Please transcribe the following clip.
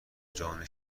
جان